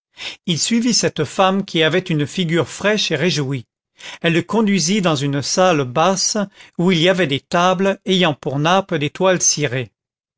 il suivit cette femme qui avait une figure fraîche et réjouie elle le conduisit dans une salle basse où il y avait des tables ayant pour nappes des toiles cirées